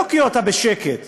היום הם התחייבו שעד יום